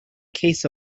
case